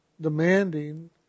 demanding